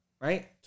Right